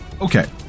Okay